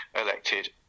elected